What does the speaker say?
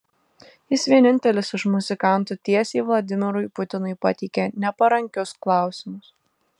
jis vienintelis iš muzikantų tiesiai vladimirui putinui pateikia neparankius klausimus